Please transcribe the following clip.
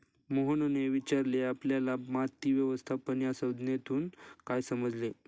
मोहनने विचारले आपल्याला माती व्यवस्थापन या संज्ञेतून काय समजले?